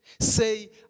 say